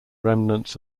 remnants